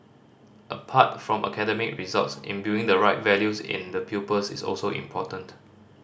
apart from academic results imbuing the right values in the pupils is also important